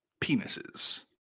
Penises